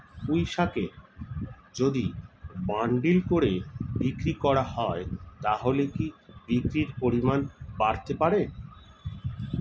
পুঁইশাকের যদি বান্ডিল করে বিক্রি করা হয় তাহলে কি বিক্রির পরিমাণ বাড়তে পারে?